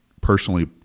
personally